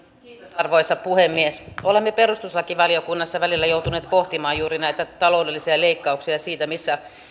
arvoisa puhemies olemme perustuslakivaliokunnassa välillä joutuneet pohtimaan juuri näitä taloudellisia leikkauksia ja sitä missä